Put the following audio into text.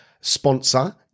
sponsor